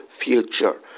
future